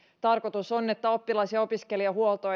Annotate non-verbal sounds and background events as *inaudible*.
tarkoitus on että esimerkiksi oppilas ja opiskelijahuolto *unintelligible*